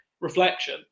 reflection